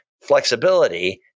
flexibility